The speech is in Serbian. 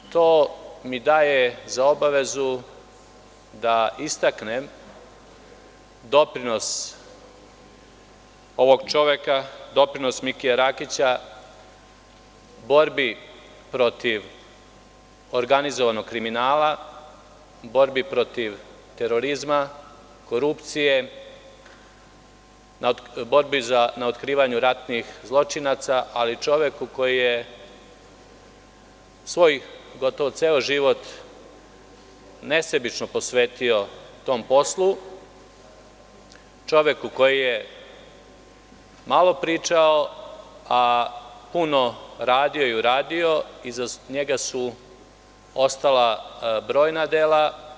Međutim, to mi daje za obavezu da istaknem doprinos ovog čoveka, Mikija Rakića, u borbi protiv organizovanog kriminala, protiv terorizma, korupcije, borbi na otkrivanju ratnih zločinaca, ali i čoveku koji je svoj ceo život nesebično posvetio tom poslu, čoveku koji je malo pričao, a puno radio i uradio i iza njega su ostala brojna dela.